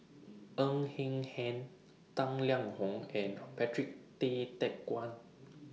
Ng Hen Hen Tang Liang Hong and Per Patrick Tay Teck Guan